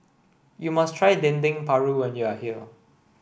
you must try Dendeng Paru when you are here